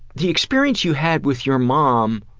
the experience you had with your mom,